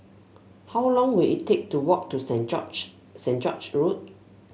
how long will it take to walk to Saint George Saint George's Road